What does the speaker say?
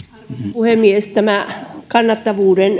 puhemies tämän maatalouden kannattavuuden